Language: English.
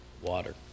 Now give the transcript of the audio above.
Water